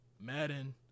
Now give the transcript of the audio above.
Madden